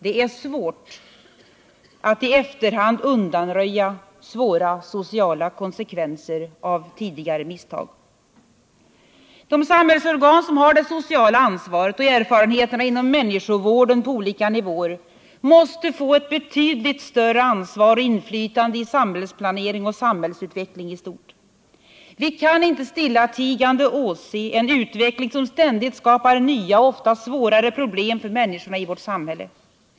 Det är svårt att i efterhand undanröja svåra sociala konsekvenser av tidigare misstag. De samhällsorgan som har det sociala ansvaret och erfarenheterna inom människovården på olika nivåer måste få ett betydligt större ansvar och inflytande i samhällsplanering och samhällsutveckling i stort sett. Vi kan inte stillatigande åse en utveckling som ständigt skapar nya och ofta svårare problem för människorna i vårt samhälle.